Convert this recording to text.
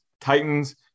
Titans